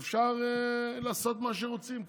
ואפשר לעשות מה שרוצים,